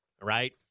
right